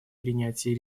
принятии